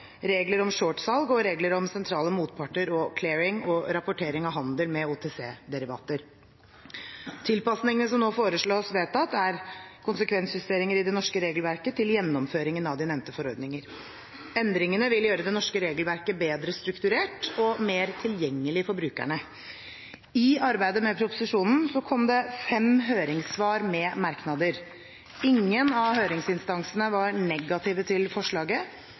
regler om shortsalg og regler om sentrale motparter og clearing og rapportering av handel med OTC-derivater. Tilpasningene som nå foreslås vedtatt, er konsekvensjusteringer i det norske regelverket til gjennomføringen av de nevnte forordninger. Endringene vil gjøre det norske regelverket bedre strukturert og mer tilgjengelig for brukerne. I arbeidet med proposisjonen kom det fem høringssvar med merknader. Ingen av høringsinstansene var negative til forslaget,